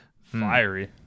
fiery